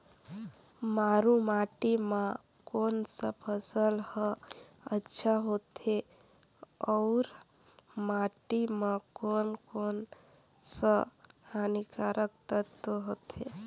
मारू माटी मां कोन सा फसल ह अच्छा होथे अउर माटी म कोन कोन स हानिकारक तत्व होथे?